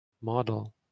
model